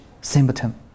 symptom